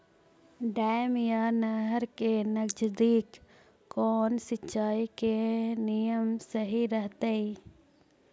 Dam या नहर के नजदीक कौन सिंचाई के नियम सही रहतैय?